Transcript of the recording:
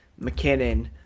McKinnon